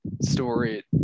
story